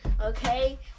okay